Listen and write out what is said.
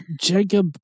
Jacob